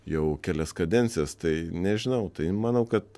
jau kelias kadencijas tai nežinau tai manau kad